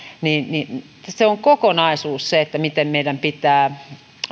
ovat kokonaisuus meidän pitää